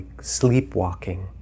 sleepwalking